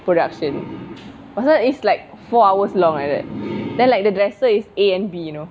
production pasal is like four hours long like that then like the dresser is A and B you know